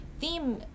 theme